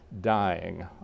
dying